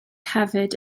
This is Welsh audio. hefyd